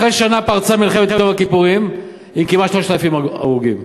אחרי שנה פרצה מלחמת יום הכיפורים עם כמעט 3,000 הרוגים.